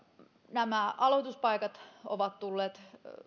nämä aloituspaikat ovat tulleet